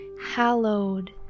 hallowed